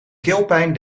keelpijn